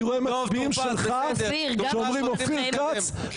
תראה מצביעים שלך שאומרים: אופיר כץ,